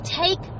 take